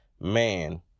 Man